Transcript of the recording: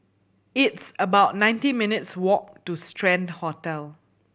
it's about nineteen minutes' walk to Strand Hotel